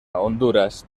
honduras